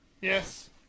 Yes